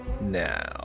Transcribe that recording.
now